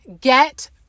get